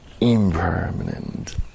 Impermanent